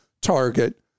target